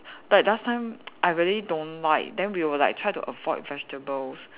but last time I really don't like then we will like try to avoid vegetables